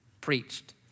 preached